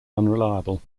unreliable